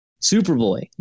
Superboy